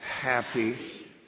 Happy